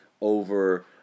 over